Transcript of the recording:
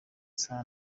isaha